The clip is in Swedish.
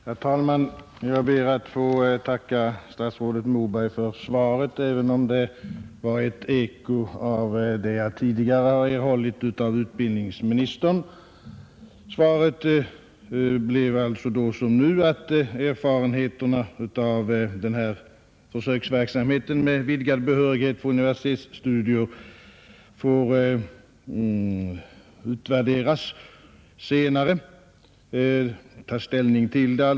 Herr talman! Jag ber att få tacka statsrådet Moberg för svaret, även om det var ett eko av det besked jag tidigare har erhållit av utbildningsministern. Svaret blev alltså då som nu att erfarenheterna av försöksverksamheten med vidgad behörighet för universitetsstudier får utvärderas senare och att man först därefter kan ta ställning till saken.